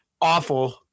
awful